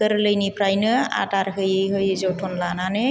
गोरलैनिफ्रायनो आदार होयै होयै जोथोन लानानै